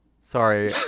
Sorry